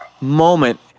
moment